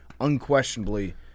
unquestionably